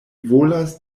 volas